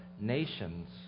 nations